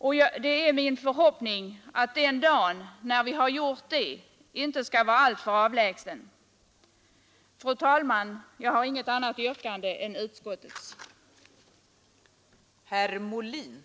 Det är också min förhoppning att den dag då vi har gjort det inte skall vara alltför avlägsen. Fru talman! Jag har inget annat yrkande än om bifall till utskottets hemställan.